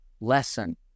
lesson